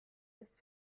ist